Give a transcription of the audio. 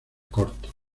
cortos